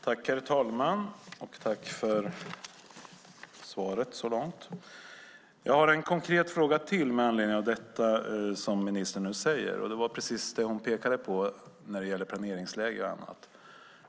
Herr talman! Tack för svaret så långt! Jag har en konkret fråga till med anledning av det ministern nu säger. Det var precis det hon pekade på när det gäller planeringsläge och annat.